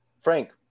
frank